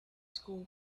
school